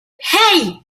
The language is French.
hey